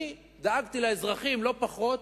אני דאגתי לאזרחים לא פחות